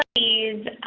these